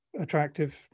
attractive